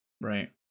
Right